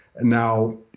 Now